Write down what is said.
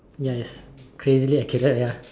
ya it is crazily accurate ya